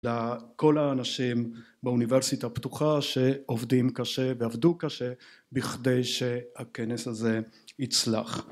לכל האנשים באוניברסיטה הפתוחה שעובדים קשה ועבדו קשה בכדי שהכנס הזה יצלח